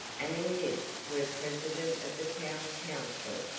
and in this were president of the town council,